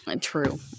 True